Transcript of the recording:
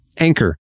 anchor